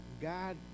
God